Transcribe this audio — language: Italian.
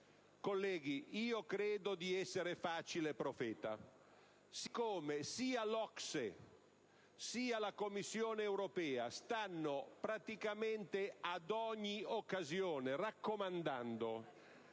colleghi, io credo di essere facile profeta. Sappiamo che sia l'OCSE sia la Commissione europea stanno praticamente ad ogni occasione raccomandando